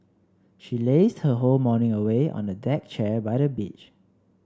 she lazed her whole morning away on a deck chair by the beach